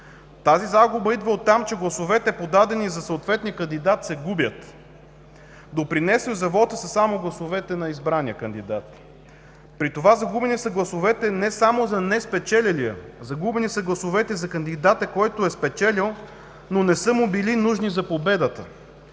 Тази загуба идва от това, че гласовете, подадени за съответния кандидат, се губят. Допринесли за вота са само гласовете на избрания кандидат. При това загубени са гласовете не само за неспечелилия, загубени са гласовете и за кандидата, който е спечелил, но не са му били нужни за победата.